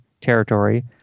territory